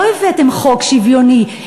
לא הבאתם חוק שוויוני,